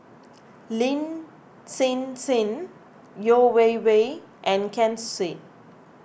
Lin Hsin Hsin Yeo Wei Wei and Ken Seet